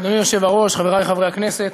אדוני היושב-ראש, חברי חברי הכנסת,